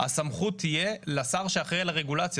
הסמכות תהיה לשר שאחראי על הרגולציה.